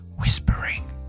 whispering